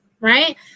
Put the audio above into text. right